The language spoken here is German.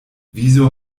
wieso